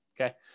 Okay